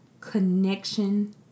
connection